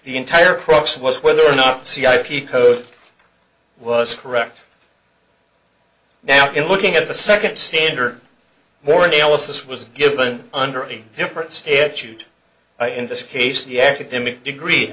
the entire process was whether or not c i peacoat was correct now in looking at the second standard more analysis was given under any different statute in this case the academic degree